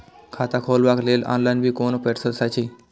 खाता खोलाबक लेल ऑनलाईन भी कोनो प्रोसेस छै की?